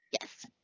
Yes